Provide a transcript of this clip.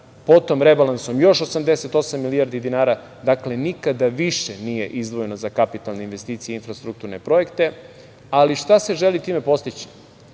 potom rebalansom još 88 milijardi dinara. Dakle, nikada više nije izdvojeno za kapitalne investicije i infrastrukturne projekte. Šta se želi time postići?